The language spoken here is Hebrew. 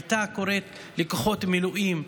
הייתה קוראת לכוחות מילואים,